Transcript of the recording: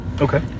Okay